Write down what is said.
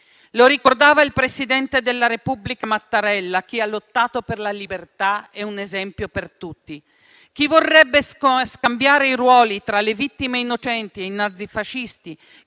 Lo ricordava il presidente della Repubblica Mattarella, che ha lottato per la libertà ed è un esempio per tutti: chi vorrebbe scambiare i ruoli tra le vittime innocenti e i nazifascisti,